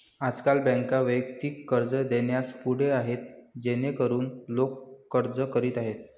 आजकाल बँका वैयक्तिक कर्ज देण्यास पुढे आहेत जेणेकरून लोक अर्ज करीत आहेत